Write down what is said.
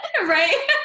right